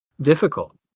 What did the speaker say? Difficult